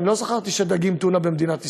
אני לא זכרתי שדגים טונה במדינת ישראל,